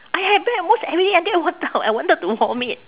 I had bread almost every day until I wante~ I wanted to vomit